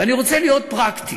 ואני רוצה להיות פרקטי.